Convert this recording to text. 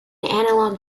analog